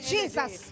Jesus